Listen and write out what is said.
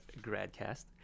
GradCast